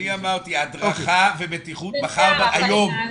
אני אמרתי הדרכה ובטיחות היום.